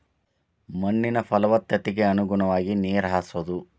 ಮಣ್ಣಿನ ಪಲವತ್ತತೆಗೆ ಅನುಗುಣವಾಗಿ ನೇರ ಹಾಸುದು